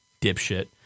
dipshit